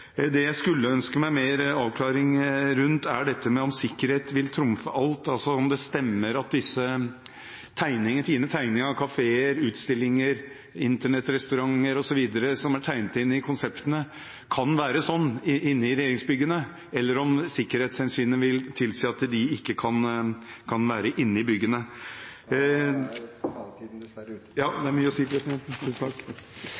Det jeg skulle ønske meg mer avklaring rundt, er om sikkerhet vil trumfe alt, altså om det stemmer at disse fine tegningene av kafeer, utstillinger, Internett-restauranter osv. som er tegnet inn i konseptene, kan realiseres inne i regjeringsbyggene, eller om sikkerhetshensynene vil tilsi at en ikke kan ha det inne i byggene … Da er taletiden dessverre ute. Ja, det er mye å si,